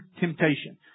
Temptation